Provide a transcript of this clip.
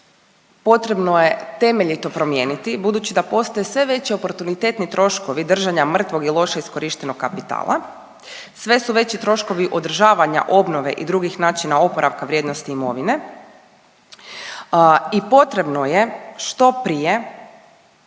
potrebno je temeljito promijeniti budući da postoje sve veći oportunitetni troškovi držanja mrtvog i loše iskorištenog kapitala, sve su veći troškovi održavanja, obnove i drugih načina oporavka vrijednosti imovine i potrebno je što prije